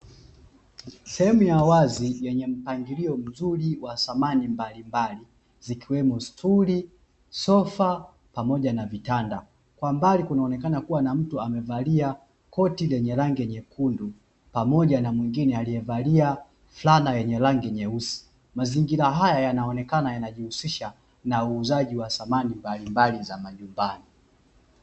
Sehemu ya wazi yenye mpangilio mzuri wa samani mbalimbali zikiwemo stuli, sofa pamoja na vitanda, kwa mbaali kunaonekana kuwa na mtu alievalia koti lenye rangi nyekundu pamoja na mwengine alievalia fulana yenye rangi nyeusi, mazingira haya yanaonekana yanajihusisha na uuzaji wa samani mbalimbali za majumbani.